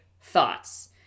thoughts